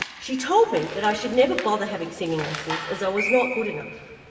she told me that i should never bother having singing lessons as i was not good enough!